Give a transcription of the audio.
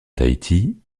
tahiti